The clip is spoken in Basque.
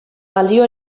balio